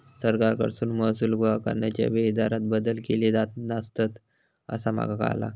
सरकारकडसून महसूल गोळा करण्याच्या वेळी दरांत बदल केले जात असतंत, असा माका कळाला